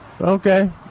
Okay